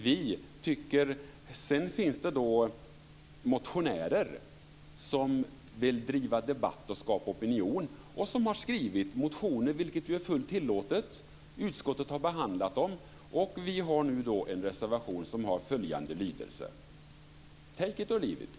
Sedan finns det motionärer som vill driva debatt och skapa opinion som har skrivit motioner, vilket är fullt tillåtet. Utskottet har behandlat dem. Vi har nu en reservation som har en viss lydelse, take it or leave it.